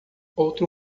outro